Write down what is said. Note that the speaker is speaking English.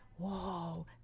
whoa